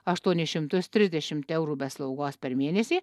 aštuonis šimtus trisdešimt eurų be slaugos per mėnesį